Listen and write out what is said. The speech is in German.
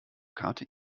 karte